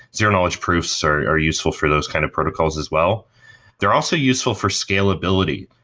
zero knowledge proofs are useful for those kind of protocols as well they're also useful for scalability.